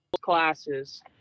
Classes